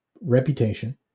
reputation